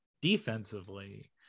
defensively